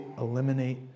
eliminate